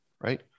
right